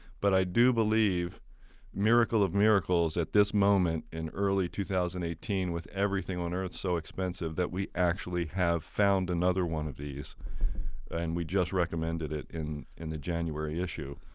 but i do believe miracle of miracles at this moment in early two thousand and eighteen with everything on earth so expensive that we actually have found another one of these and we just recommended it in in the january issue,